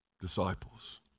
disciples